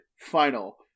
final